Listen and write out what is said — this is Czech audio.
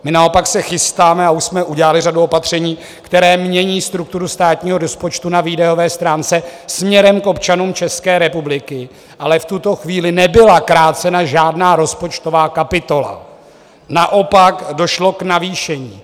My naopak se chystáme a už jsme udělali řadu opatření, která mění strukturu státního rozpočtu na výdajové stránce směrem k občanům České republiky, ale v tuto chvíli nebyla krácena žádná rozpočtová kapitola, naopak došlo k navýšení.